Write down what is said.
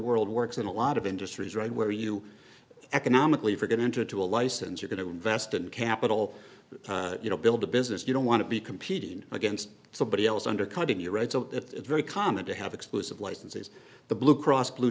world works in a lot of industries right where you economically for going into to a license you're going to invest in capital you know build a business you don't want to be competing against somebody else undercutting your read so it's very common to have exclusive licenses the blue cross blue